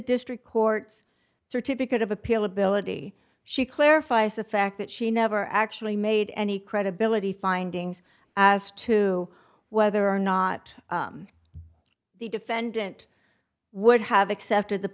district court's certificate of appeal ability she clarifies the fact that she never actually made any credibility findings as to whether or not the defendant would have accepted the